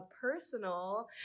personal